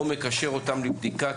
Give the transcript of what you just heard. או מקשר אותם לבדיקה,